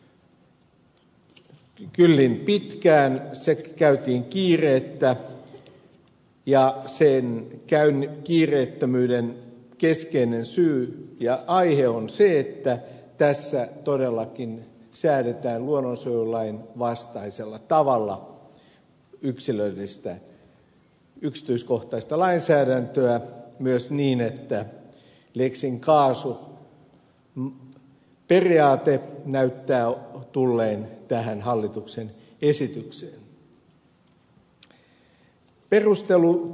se kesti kyllin pitkään se käytiin kiireettä ja sen kiireettömyyden keskeinen syy ja aihe on se että tässä todellakin säädetään luonnonsuojelulain vastaisella tavalla yksilöllistä yksityiskohtaista lainsäädäntöä myös niin että lex in casu periaate näyttää tulleen tähän hallituksen esitykseen